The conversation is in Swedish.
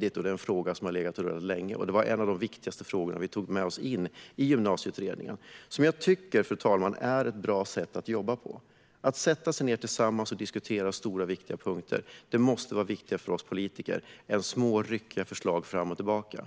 Det är en fråga som har legat där väldigt länge. Det var en av de viktigaste frågorna vi tog med oss in i Gymnasieutredningen, som jag tycker, fru talman, är ett bra sätt att jobba på. Att sätta sig ned tillsammans och diskutera stora och viktiga punkter måste vara viktigare för oss politiker än små och ryckiga förslag fram och tillbaka.